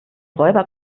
räuber